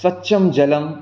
स्वच्छं जलं